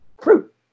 Fruit